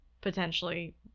potentially